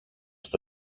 στο